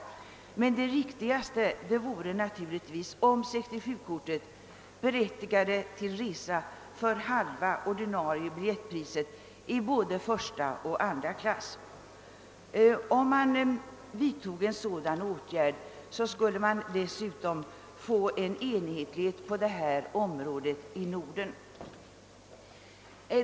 Men det riktigaste vore naturligtvis att 67-kortet berättigade till resa för halva ordinarie biljettpriset i både första och andra klass. Om man företog en sådan ändring, skulle man dessutom få enhetlighet i Norden på detta område.